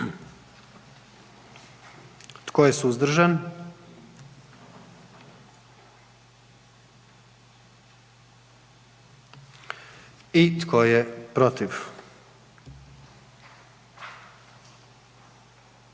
Tko je suzdržan? I tko je protiv?